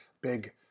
big